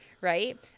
right